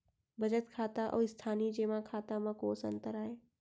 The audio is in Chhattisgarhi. बचत खाता अऊ स्थानीय जेमा खाता में कोस अंतर आय?